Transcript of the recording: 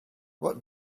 what